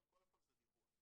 אבל קודם כל זה דיווח.